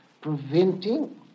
preventing